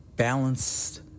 balanced